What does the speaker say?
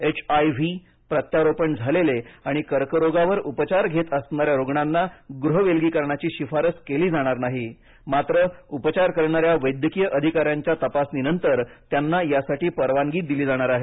H I V प्रत्यारोपण झालेले आणि कर्करोगावर उपचार घेत असणा या रुग्णांना गृहविलगीकरणाची शिफारस केली जाणार नाही मात्र उपचार करणार या वैद्यकीय अधिकाऱ्याच्या तपासणीनंतर त्यांना यासाठी परवानगी दिली जाणार आहे